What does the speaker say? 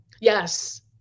Yes